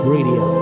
Radio